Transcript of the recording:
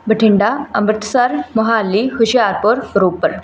Bathinda Amritsar Mohali Hoshiarpur Ropar